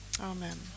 amen